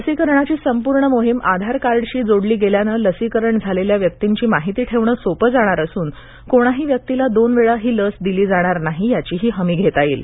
लसीकरणाची संपूर्ण मोहीम आधार कार्डशी जोडली गेल्याने लसीकरण झालेल्या व्यक्तींची माहिती ठेवणे सोपे जाणार असून कोणाही व्यक्तीला दोनवेळा ही लस दिली जाणार नाही याचीही हमी घेता येईल